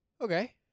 Okay